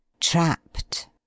Trapped